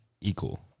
equal